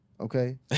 Okay